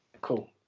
Cool